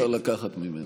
אי-אפשר לקחת ממנו.